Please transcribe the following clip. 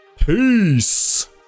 Peace